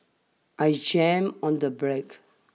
I jammed on the brakes